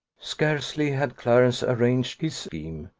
scarcely had clarence arranged his scheme,